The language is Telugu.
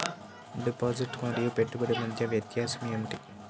డిపాజిట్ మరియు పెట్టుబడి మధ్య వ్యత్యాసం ఏమిటీ?